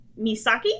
Misaki